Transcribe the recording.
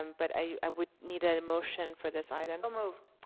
um but i would need a motion for this item. so moved.